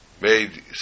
made